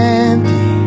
empty